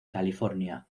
california